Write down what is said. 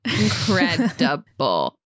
incredible